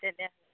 তেতিয়া